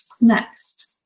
next